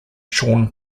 sean